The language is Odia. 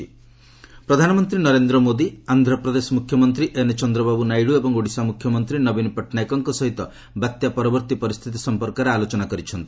ପିଏମ ସାଇକ୍ଲୋନ ପ୍ରଧାନମନ୍ତ୍ରୀ ନରେନ୍ଦ୍ର ମୋଦି ଆନ୍ଧ୍ରପ୍ରଦେଶ ମୁଖ୍ୟମନ୍ତ୍ରୀ ଏନ ଚନ୍ଦ୍ରବାବୁ ନାଇଡ଼ୁ ଏବଂ ଓଡିଶା ମୁଖ୍ୟମନ୍ତ୍ରୀ ନବୀନ ପଟ୍ଟନାୟକ ସହିତ ବାତ୍ୟା ପରବର୍ତ୍ତୀ ପରିସ୍ଥିତି ସମ୍ପର୍କରେ ଆଲୋଚନା କରିଛନ୍ତି